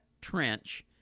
trench